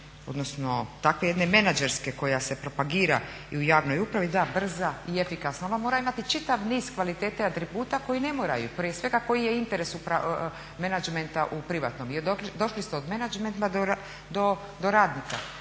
odnosno takve jedne menadžerske koja se propagira i u javnoj upravi, da brza i efikasna, ona mora imati čitav niz kvalitete atributa koji ne moraju prije svega koji je interes menadžmenta u privatnom i došli ste od menadžmenta do radnika.